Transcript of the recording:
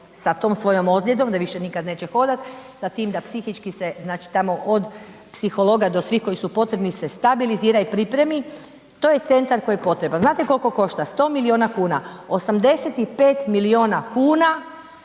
sa tom svojom ozljedom da nikad više neće hodat, sa tim da psihički se znači tamo od psihologa do svih koji su potrebni se stabilizira i pripremi, to je centar koji je potreban. Znate koliko košta? 100 milijuna kuna, 85 milijuna kuna